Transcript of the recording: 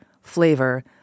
flavor